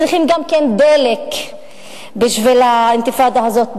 צריכים גם כן דלק בשביל האינתיפאדה הזאת,